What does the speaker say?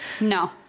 no